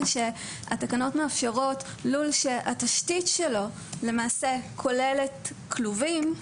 שהתקנות מאפשרות לול שהתשתית שלו למעשה כוללת כלובים,